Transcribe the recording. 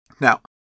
Now